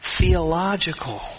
theological